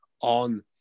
on